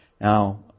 Now